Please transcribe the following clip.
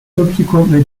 subsequently